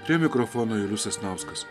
prie mikrofono julius sasnauskas